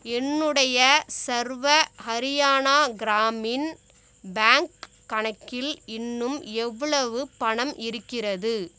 என்னுடைய சர்வ ஹரியானா கிராமின் பேங்க் கணக்கில் இன்னும் எவ்வளவு பணம் இருக்கிறது